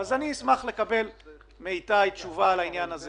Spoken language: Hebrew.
אני אשמח לקבל מאיתי תשובה על העניין הזה